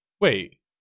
Wait